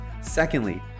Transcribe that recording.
Secondly